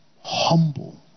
humble